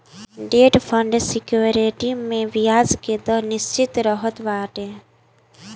debt fund security में बियाज के दर निश्चित रहत बाटे